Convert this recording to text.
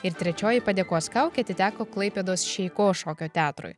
ir trečioji padėkos kaukė atiteko klaipėdos šeiko šokio teatrui